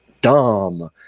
dumb